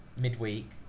midweek